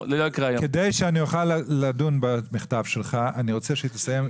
כדי שאני אוכל לדון במכתב שלך אני רוצה שהיא תסיים.